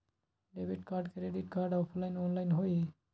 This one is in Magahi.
Debit card credit card offline online होई?